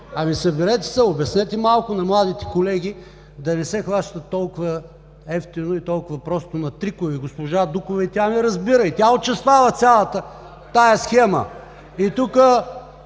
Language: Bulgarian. Ами, съберете се, обяснете малко на младите колеги да не се хващат толкова евтино и толкова просто на трикове. Госпожа Дукова – и тя не разбира, и тя участва в цялата тази схема. И тук,